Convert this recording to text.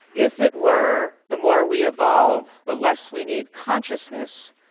if it were the more we evolve, the less we need consciousness,